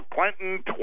Clinton